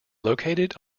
located